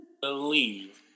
believe